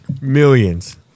Millions